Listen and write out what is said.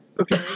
Okay